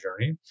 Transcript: journey